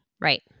Right